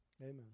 Amen